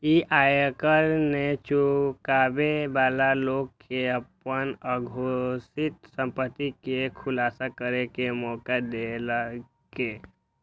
ई आयकर नै चुकाबै बला लोक कें अपन अघोषित संपत्ति के खुलासा करै के मौका देलकै